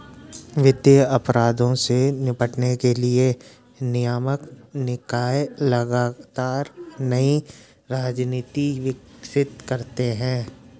वित्तीय अपराधों से निपटने के लिए नियामक निकाय लगातार नई रणनीति विकसित करते हैं